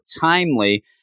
timely